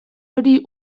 hori